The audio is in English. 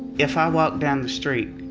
if i walk down the street,